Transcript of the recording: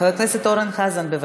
חבר הכנסת אורן חזן, בבקשה.